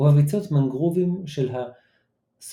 ובביצות מנגרובים של הסונדרבאנס.